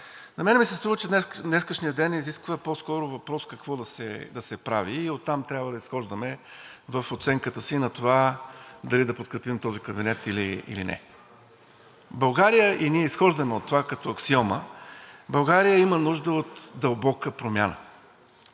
На мен ми се струва, че днешният ден изисква по-скоро въпрос какво да се прави и оттам трябва да изхождаме в оценката си на това дали да подкрепим този кабинет или не. България, и ние изхождаме от това като аксиома, има нужда от дълбока промяна.